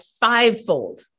fivefold